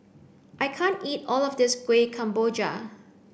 I can't eat all of this Kuih Kemboja